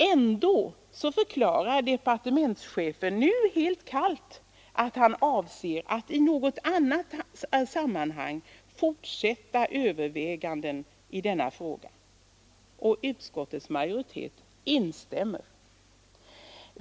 Ändå förklarar departementschefen nu helt kallt att han avser att i annat sammanhang fortsätta övervägandena i denna fråga. Och utskottets majoritet instämmer!